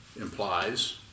implies